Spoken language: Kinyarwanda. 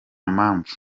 mpamvu